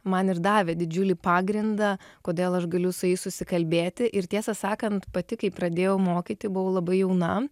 man ir davė didžiulį pagrindą kodėl aš galiu su jais susikalbėti ir tiesą sakant pati kai pradėjau mokyti buvau labai jauna